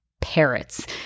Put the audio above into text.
parrots